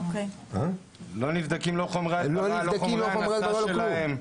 לא נבדקים חומרי ההדברה ולא חומרי ההמסה שלהם.